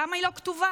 למה היא לא כתובה?